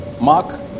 Mark